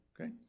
okay